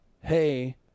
hey